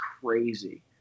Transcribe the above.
crazy